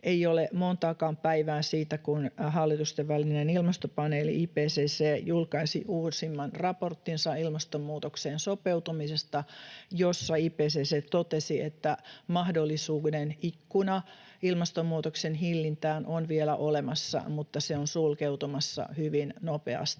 ei ole montaakaan päivää siitä, kun hallitustenvälinen ilmastopaneeli IPCC julkaisi uusimman raporttinsa ilmastonmuutokseen sopeutumisesta, jossa se totesi, että mahdollisuuden ikkuna ilmastonmuutoksen hillintään on vielä olemassa, mutta se on sulkeutumassa hyvin nopeasti,